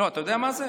לא, אתה יודע מה זה?